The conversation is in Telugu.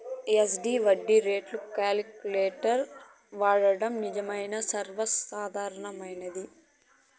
ఎస్.డి వడ్డీ రేట్లు కాలిక్యులేటర్ వాడడం నిజంగా సర్వసాధారణమైనది